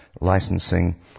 licensing